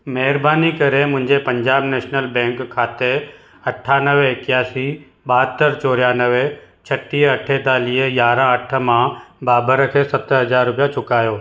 महिरबानी करे मुंहिंजे पंजाब नेशनल बैंक खाते अठानवे एकासी ॿाहतरि चोरानवे छटीह अठेतालीह यारहा अठ मां बाबर खे सत हज़ार रुपिया चुकायो